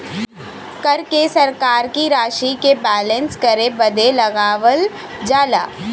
कर के सरकार की रशी के बैलेन्स करे बदे लगावल जाला